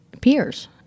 peers